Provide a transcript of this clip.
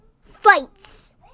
fights